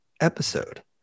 episode